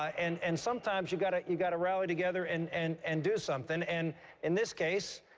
and and sometimes you've got ah you've got to rally together and and and do something. and in this case,